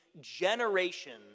generations